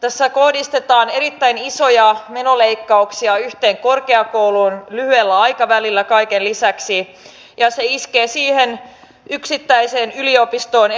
tässä kohdistetaan erittäin isoja menoleikkauksia yhteen korkeakouluun lyhyellä aikavälillä kaiken lisäksi ja se iskee erityisen kovaa siihen yksittäiseen yliopistoon